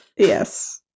Yes